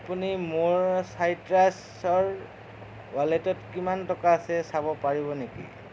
আপুনি মোৰ চাইট্ৰাছৰ ৱালেটত কিমান টকা আছে চাব পাৰিব নেকি